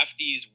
lefties